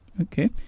Okay